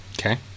Okay